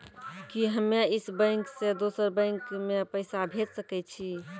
कि हम्मे इस बैंक सें दोसर बैंक मे पैसा भेज सकै छी?